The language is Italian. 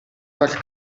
tal